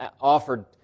offered